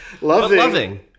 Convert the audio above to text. loving